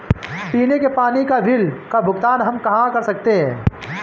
पीने के पानी का बिल का भुगतान हम कहाँ कर सकते हैं?